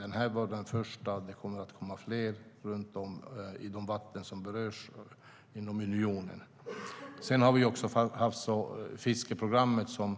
Den här var den första, och det kommer att komma fler runt om i de vatten som berörs inom unionen. Vi har också havs och fiskeriprogrammet, som